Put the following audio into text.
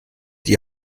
die